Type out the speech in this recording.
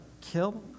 kill